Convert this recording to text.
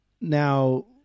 Now